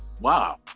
Wow